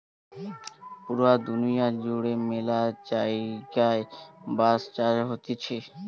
পুরা দুনিয়া জুড়ে ম্যালা জায়গায় বাঁশ চাষ হতিছে